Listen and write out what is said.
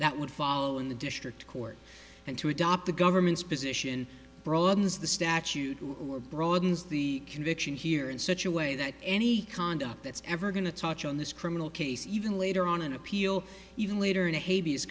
that would follow in the district court and to adopt the government's position broadens the statute or broadens the conviction here in such a way that any conduct that's ever going to touch on this criminal case even later on an appeal even later in hades